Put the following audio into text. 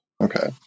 Okay